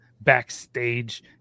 backstage